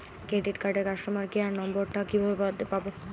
Credit কার্ডের customer care number টা কিভাবে পাবো?